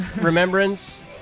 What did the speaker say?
remembrance